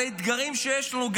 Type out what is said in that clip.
על האתגרים שיש לנו,